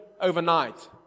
overnight